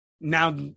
now